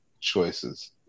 choices